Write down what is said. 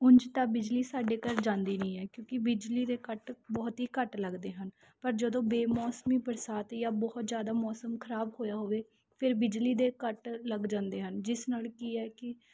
ਉਂਝ ਤਾਂ ਬਿਜਲੀ ਸਾਡੇ ਘਰ ਜਾਂਦੀ ਨਹੀਂ ਹੈ ਕਿਉਂਕਿ ਬਿਜਲੀ ਦੇ ਕੱਟ ਬਹੁਤ ਹੀ ਘੱਟ ਲੱਗਦੇ ਹਨ ਪਰ ਜਦੋਂ ਬੇਮੌਸਮੀ ਬਰਸਾਤ ਜਾਂ ਬਹੁਤ ਜ਼ਿਆਦਾ ਮੌਸਮ ਖਰਾਬ ਹੋਇਆ ਹੋਵੇ ਫਿਰ ਬਿਜਲੀ ਦੇ ਕੱਟ ਲੱਗ ਜਾਂਦੇ ਹਨ ਜਿਸ ਨਾਲ ਕੀ ਹੈ ਕਿ